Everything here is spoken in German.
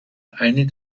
einer